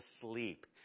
sleep